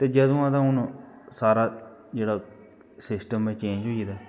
जदूं हून अदूं सारा जेह्ड़ा सिस्टम ऐ चेंज होई गे दा